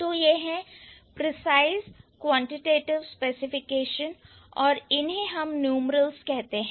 तो यह है प्रिसाइस क्वांटिटेटिव स्पेसिफिकेशन और इन्हें हम न्यूमरल्स कहते हैं